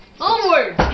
Onward